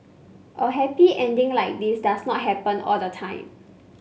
a happy ending like this does not happen all the time